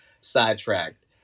sidetracked